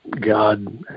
God